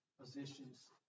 positions